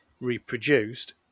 reproduced